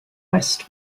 quest